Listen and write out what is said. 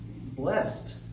blessed